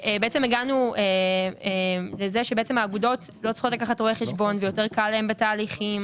הגענו לכך שהאגודות לא צריכות לקחת רואה חשבון ויותר קל להן בתהליכים.